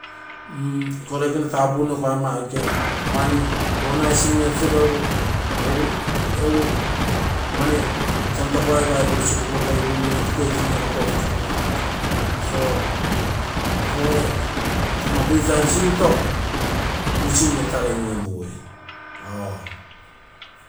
Iko loikene tapunno iko paigomma aike mani organising eturo mani tontokaisu iko aike porukoipunno, educating erakugu otukagui. so akogere nkomma free time sinto using etarei in lomusui oo.